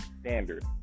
standard